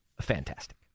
Fantastic